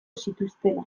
zituztela